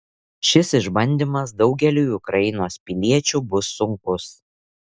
šis išbandymas daugeliui ukrainos piliečių bus sunkus